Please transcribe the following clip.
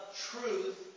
truth